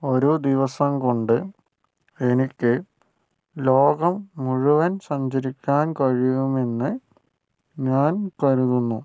ഒരു ദിവസം കൊണ്ട് എനിക്ക് ലോകം മുഴുവൻ സഞ്ചരിക്കാൻ കഴിയുമെന്ന് ഞാൻ കരുതുന്നു